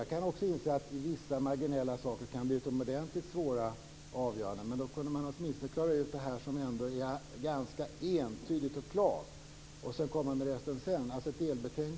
Jag inser att det kan handla om utomordentligt svåra avgöranden i vissa marginella frågor, men man kunde åtminstone klara ut det som ändå är ganska entydigt och klart och komma med resten senare, alltså med ett delbetänkande.